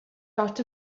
lot